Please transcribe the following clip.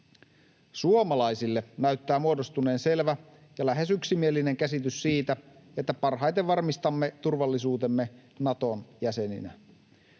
Suomalaisille näyttää muodostuneen selvä ja lähes yksimielinen käsitys siitä, että parhaiten varmistamme turvallisuutemme Naton jäseninä.